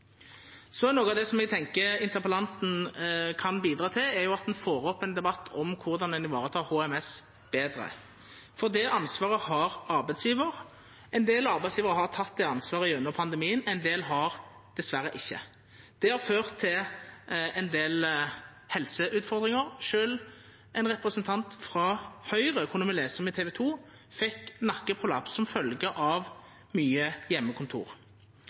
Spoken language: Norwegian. er regulert. Så til noko av det som eg tenkjer interpellanten kan bidra til, og det er at ein får opp ein debatt om korleis ein tek seg betre av HMS. Det ansvaret har arbeidsgjevaren. Ein del arbeidsgjevarar har teke det ansvaret gjennom pandemien. Ein del har dessverre ikkje. Det har ført til ein del helseutfordringar. Sjølv ein representant frå Høgre, kunne me lesa om på TV2, fekk nakkeprolaps som følgje av